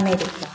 America